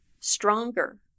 stronger